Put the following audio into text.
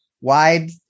wide